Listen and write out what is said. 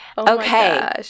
Okay